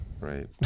Right